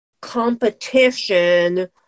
competition